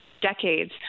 decades